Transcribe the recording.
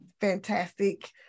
fantastic